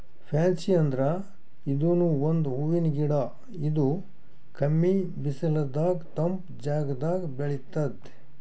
fancy ಅಂದ್ರ ಇದೂನು ಒಂದ್ ಹೂವಿನ್ ಗಿಡ ಇದು ಕಮ್ಮಿ ಬಿಸಲದಾಗ್ ತಂಪ್ ಜಾಗದಾಗ್ ಬೆಳಿತದ್